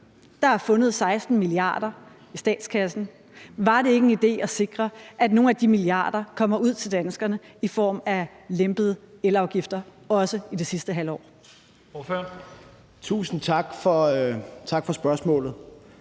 Der er fundet 16 mia. kr. i statskassen. Var det ikke en idé at sikre, at nogle af de milliarder kommer ud til danskerne i form af lempede elafgifter, også i det sidste halvår? Kl. 11:16 Første